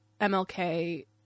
mlk